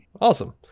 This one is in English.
awesome